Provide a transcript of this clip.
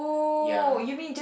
ya